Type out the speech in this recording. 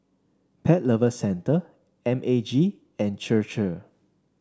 Pet Lover Centre M A G and Chir Chir